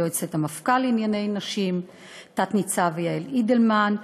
יועצת המפכ"ל לענייני נשים תת-ניצב יעל אידלמן,